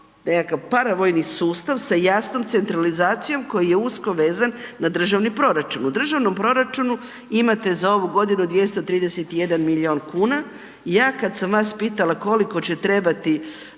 nekakav paravojni sustav sa jasnom centralizacijom koji je usko vezan na državni proračun. U državnom proračunu imate za ovu godinu 231 milijun kuna i ja kad sam vas pitala koliko će trebati